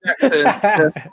Jackson